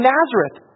Nazareth